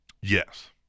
Yes